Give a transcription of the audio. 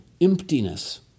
emptiness